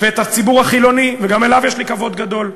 ואת הציבור החילוני, וגם אליו יש לי כבוד גדול,